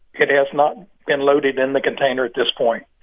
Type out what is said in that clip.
it has not been loaded in the container at this point